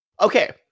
Okay